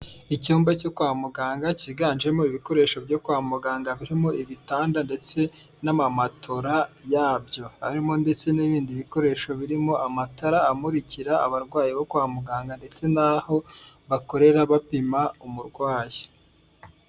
Icyumba cyo kwa muganga cyiganjemo ibikoresho byo kwa muganga birimo ibitanda ndetse n'amamatora yabyo. Harimo ndetse n'ibindi bikoresho birimo amatara amurikira abarwayi bo kwa muganga ndetse n'aho bakorera bapima umurwayi.